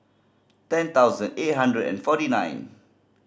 ten thousand eight hundred and forty nine